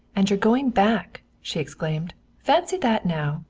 and you're going back! she exclaimed. fancy that, now!